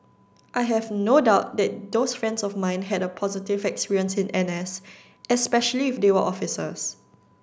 I have no doubt that those friends of mine had a positive experience in N S especially if they were officers